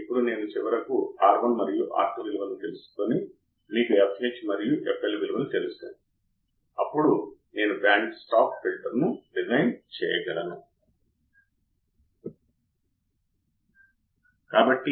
ఇప్పుడు నేను కిర్చోఫ్ యొక్క వోల్టేజ్ చట్టాన్ని వర్తింపజేస్తే నాకు i1రెసిస్టర్ R1 R2 మరియు ఇన్వర్టింగ్ యాంప్లిఫైయర్ కోసం గైన్ యొక్క సూత్రం R2 R1ఇన్వర్టింగ్ యాంప్లిఫైయర్ యొక్క గైన్ మైనస్ R2 R1